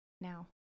now